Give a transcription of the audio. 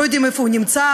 לא יודעים איפה הוא נמצא,